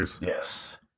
Yes